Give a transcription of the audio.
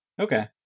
Okay